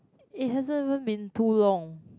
it hasn't even been too long